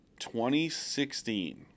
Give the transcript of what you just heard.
2016